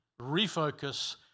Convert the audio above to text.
refocus